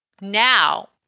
now